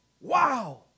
Wow